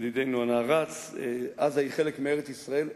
ידידנו הנערץ, עזה היא חלק מארץ-ישראל,